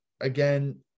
again